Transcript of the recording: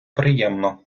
приємно